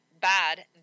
bad